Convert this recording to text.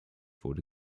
wurde